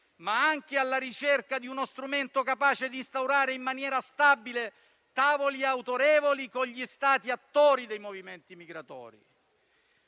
ma anche alla ricerca di uno strumento capace di instaurare in maniera stabile tavoli autorevoli con gli Stati attori dei movimenti migratori,